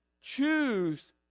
choose